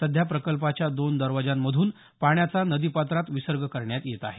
सध्या प्रकल्पाच्या दोन दरवाजातून पाण्याचा नदीपात्रात विसर्ग करण्यात येत आहे